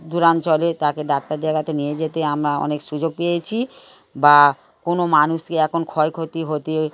দূরাঞ্চলে তাকে ডাক্তার দেখাতে নিয়ে যেতে আমরা অনেক সুযোগ পেয়েছি বা কোনো মানুষকে এখন ক্ষয়ক্ষতি হতে